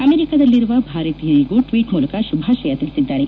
ಅಮೆರಿಕದಲ್ಲಿ ಇರುವ ಭಾರತೀಯರಿಗೂ ಟ್ವೀಟ್ ಮೂಲಕ ಶುಭಾಶಯ ತಿಳಿಸಿದ್ದಾರೆ